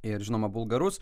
ir žinoma bulgarus